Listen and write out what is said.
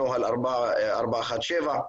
נוהל חוזר מנכ"ל 4.17,